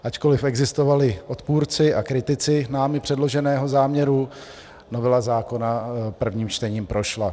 Ačkoliv existovali odpůrci a kritici námi předloženého záměru, novela zákona prvním čtením prošla.